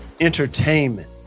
entertainment